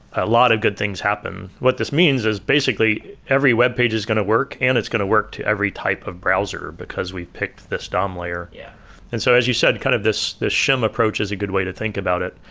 a lot of good things happen what this means is basically every webpage is going to work and it's going to work to every type of browser, because we picked this dom layer. yeah and so as you said, kind of this this shim approach is a good way to think about it.